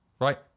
right